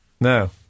No